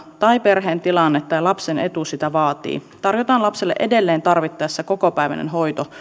tai perheen tilanne tai lapsen etu sitä vaatii tarjotaan lapselle edelleen tarvittaessa kokopäiväinen hoito